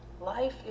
Life